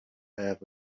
have